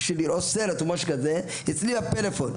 בשביל לראות סרט, או משהו כזה, אצלי בפלאפון.